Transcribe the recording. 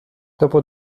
dopo